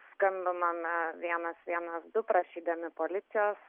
skambinome vienas vienas du prašydami policijos